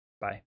Bye